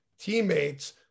teammates